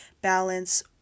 balance